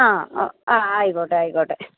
ആ ആ ആയിക്കോട്ടെ ആയിക്കോട്ടെ